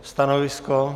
Stanovisko?